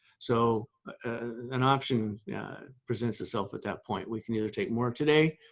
so an option yeah presents itself at that point, we can either take more today,